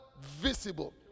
visible